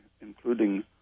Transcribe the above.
including